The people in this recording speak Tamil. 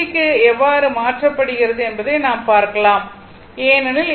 க்கு எவ்வாறு மாற்றப்படுகிறது என்பதை நாம் பார்க்கலாம் ஏனெனில் ஏ